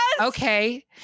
Okay